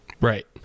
Right